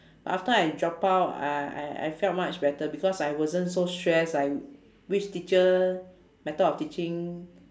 after I drop out I I I felt much better because I wasn't so stress like which teacher method of teaching